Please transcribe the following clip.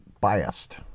biased